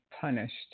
punished